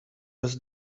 does